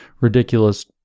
ridiculous